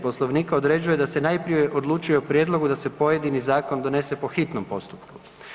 Poslovnika određuje da se najprije odlučuje o prijedlogu da se pojedini zakon donese po hitnom postupku.